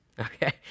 Okay